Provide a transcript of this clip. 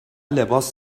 لباس